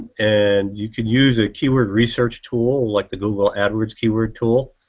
and you can use a keyword research tool, like the google ad words keyword tool